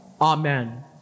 amen